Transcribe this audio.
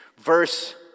verse